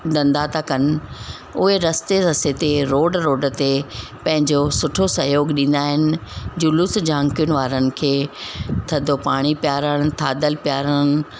धंधा था कनि उहे रस्ते रस्ते ते रोड रोड ते पंहिंजो सुठो सहयोगु ॾींदा आहिनि जुलूसु झांकियुनि वारनि खे थधो पाणी पीआरणु थाधल पीआरणु